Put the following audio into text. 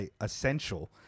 essential